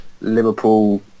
Liverpool